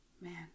Man